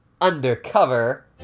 Undercover